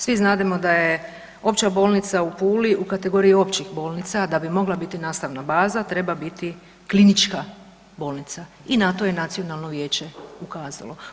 Svi znademo da je Opća bolnica u Puli u kategoriji općih bolnica, da bi mogla biti nastavna baza, treba biti klinička bolnica i na to je nacionalno vijeće ukazalo.